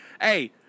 Hey